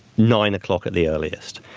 nine o'clock at the earliest.